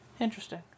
Interesting